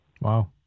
Wow